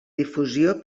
difusió